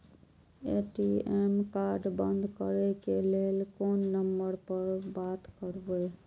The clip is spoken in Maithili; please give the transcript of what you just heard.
ए.टी.एम कार्ड बंद करे के लेल कोन नंबर पर बात करबे?